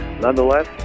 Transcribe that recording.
nonetheless